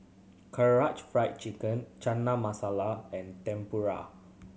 Karaage Fried Chicken Chana Masala and Tempura